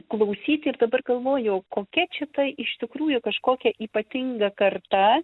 klausyt ir dabar galvoju kokia čia ta iš tikrųjų kažkokia ypatinga karta